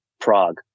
Prague